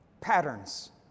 Patterns